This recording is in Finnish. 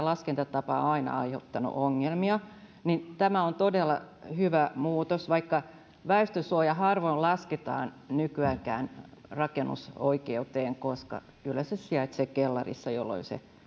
laskentatapa on aina aiheuttanut ongelmia tämä on todella hyvä muutos vaikka väestönsuoja harvoin lasketaan nykyäänkään rakennusoikeuteen koska kyllä se sijaitsee kellarissa jolloin se